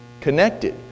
connected